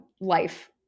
life